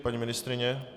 Paní ministryně?